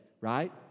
right